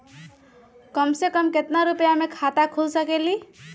कम से कम केतना रुपया में खाता खुल सकेली?